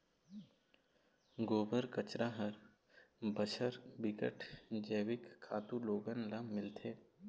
गोबर, कचरा हर बछर बिकट जइविक खातू लोगन ल मिलथे